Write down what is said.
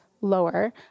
lower